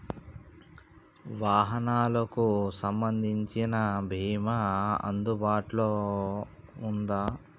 వాహనాలకు సంబంధించిన బీమా అందుబాటులో ఉందా?